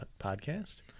podcast